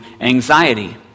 anxiety